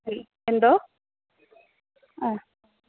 ഉം എന്തോ ആ